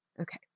Okay